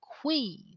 queen